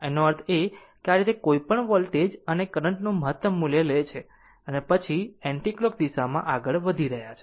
આનો અર્થ એ છે કે આ રીતે કોઈપણ વોલ્ટેજ અને કરંટ નું મહત્તમ મૂલ્ય લે છે અને પછી એન્ટીકલોક દિશામાં આગળ વધી રહ્યા છે